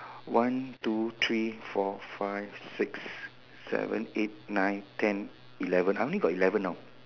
one two three four five six seven eight nine ten eleven I only got eleven now